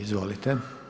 Izvolite.